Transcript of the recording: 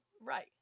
Right